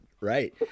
right